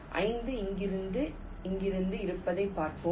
5 இங்கிருந்து இங்கிருந்து இருப்பதைப் பார்ப்போம்